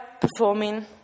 performing